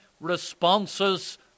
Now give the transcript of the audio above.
responses